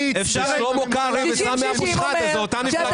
שלמה קרעי וסמי אבו שחאדה, זאת אותה מפלגה.